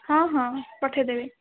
ହଁ ହଁ ପଠେଇଦେବେ